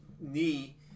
knee